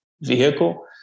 vehicle